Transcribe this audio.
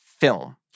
film